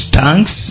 tanks